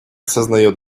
сознает